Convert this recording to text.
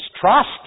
trust